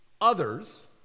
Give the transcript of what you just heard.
others